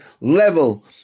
level